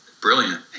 brilliant